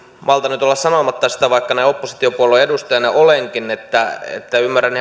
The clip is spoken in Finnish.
malta nyt olla sanomatta sitä vaikka näin oppositiopuolueen edustaja olenkin että että ymmärrän